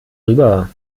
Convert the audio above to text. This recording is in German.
rüber